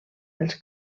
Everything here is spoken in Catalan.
els